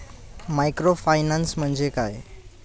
Microfinance म्हणजे काय?